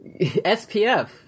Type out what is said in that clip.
SPF